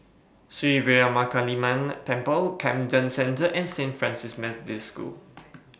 Sri Veeramakaliamman Temple Camden Centre and Saint Francis Methodist School